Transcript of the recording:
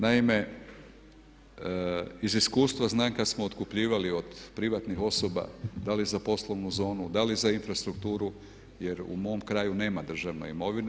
Naime, iz iskustva znam kad smo otkupljivali od privatnih osoba da li za poslovnu zonu, da li za infrastrukturu jer u mom kraju nema državne imovine.